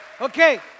Okay